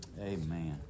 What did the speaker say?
Amen